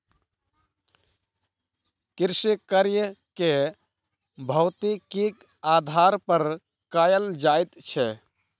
कृषिकार्य के भौतिकीक आधार पर कयल जाइत छै